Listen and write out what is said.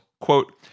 quote